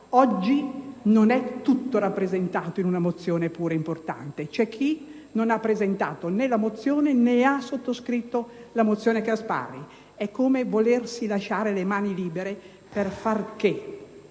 oggi non è tutto rappresentato in una mozione, pur importante: c'è chi non ha presentato, né sottoscritto la mozione Gasparri. È come volersi lasciare le mani libere. Per fare che?